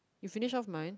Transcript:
you finish off mine